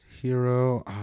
Hero